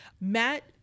Matt